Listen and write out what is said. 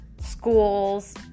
schools